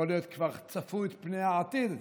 יכול להיות שכבר צפו את פני העתיד.